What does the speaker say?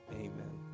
amen